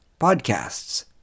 podcasts